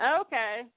okay